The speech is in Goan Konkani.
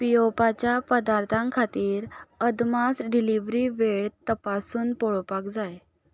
पियोवपाच्या पदार्थां खातीर अदमास डिलिवरी वेळ तपासून पळोवपाक जाय